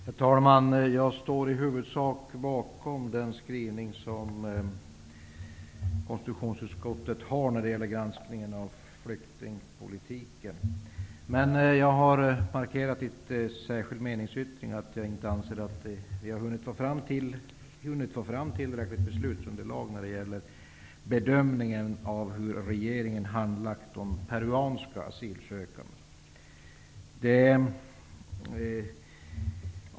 Herr talman! Jag ställer mig i huvudsak bakom konstitutionsutskottets skrivning när det gäller granskningen av flyktingpolitiken. Men jag har i en meningsyttring markerat att jag anser att utskottet inte har haft tillräckligt granskningsunderlag för att bedöma regeringens beslut att avvisa vissa peruanska asylsökande.